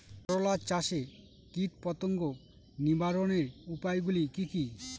করলা চাষে কীটপতঙ্গ নিবারণের উপায়গুলি কি কী?